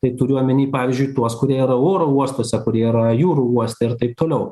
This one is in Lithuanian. tai turiu omeny pavyzdžiui tuos kurie yra oro uostuose kurie yra jūrų uoste ir taip toliau